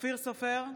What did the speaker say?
אופיר סופר,